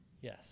Yes